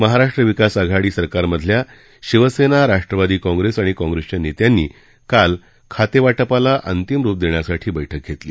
महाराष्ट्र विकास आघाडी सरकारमधल्या शिवसेना राष्ट्रवादी काँप्रेस आणि काँप्रेसच्या नेत्यांनी काल खातेवाटपाला अंतिम रुप देण्यासाठी बैठक घेतली